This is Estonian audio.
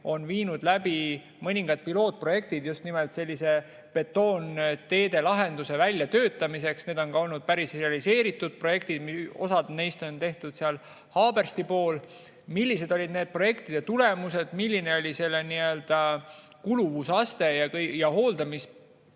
on viinud läbi mõningad pilootprojektid just nimelt sellise betoonteede lahenduse väljatöötamiseks. Need on olnud ka päris realiseeritud projektid, osa neist on tehtud seal Haabersti pool. Millised olid nende projektide tulemused, milline oli [nende teede] kuluvusaste ja hooldamise,